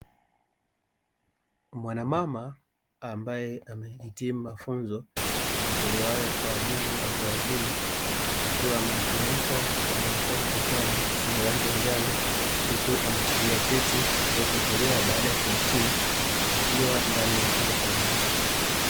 Mwanamama ambaye amehitimu mafunzo yatolewayo kwa ajili ya watu wazima, akiwa amejifunika kitambaa chake kichwani chenye rangi ya njano. Huku ameshikilia cheti ambacho hutolewa baada ya kuhitimu. Akiwa ndani ya chumba cha darasa.